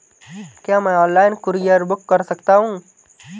क्या मैं online courier book कर सकता हूँ?